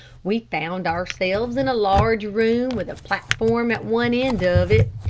we found ourselves in a large room, with a platform at one end of it.